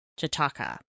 Jataka